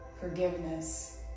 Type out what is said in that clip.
forgiveness